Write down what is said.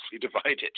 divided